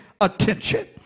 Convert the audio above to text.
attention